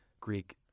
Greek